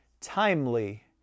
timely